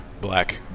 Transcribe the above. black